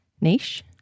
niche